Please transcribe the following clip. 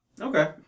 Okay